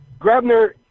Grabner